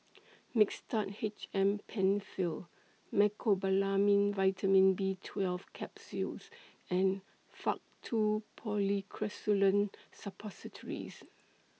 Mixtard H M PenFill Mecobalamin Vitamin B twelve Capsules and Faktu Policresulen Suppositories